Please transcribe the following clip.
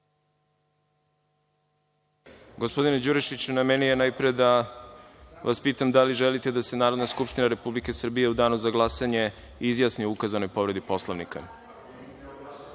Gospodine Đurišiću, na meni je najpre da vas pitam da li želite da se Narodna skupština Republike Srbije u danu za glasanje izjasni o ukazanoj povredi Poslovnika?(Marko